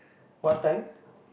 what time